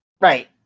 Right